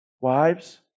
Wives